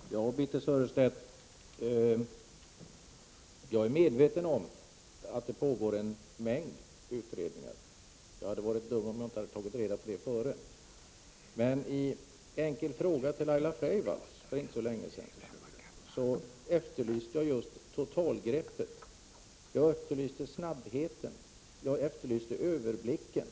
Fru talman! Ja, Birthe Sörestedt, jag är medveten om att det pågår en mängd utredningar. Jag hade varit dum om jag inte tagit reda på det i förväg. Men i en fråga till Laila Freivalds för inte så länge sedan efterlyste jag just totalgreppet. Jag efterlyste snabbheten och överblicken